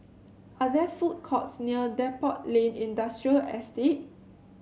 are there food courts near Depot Lane Industrial Estate